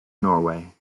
norway